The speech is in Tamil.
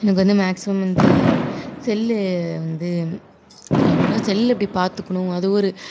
எனக்கு வந்து மேக்சிமம் வந்து செல்லு வந்து எப்படின்னா செல்லு எப்படி பார்த்துக்குணும்